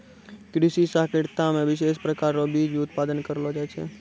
कृषि सहकारिता मे विशेष प्रकार रो बीज भी उत्पादन करलो जाय छै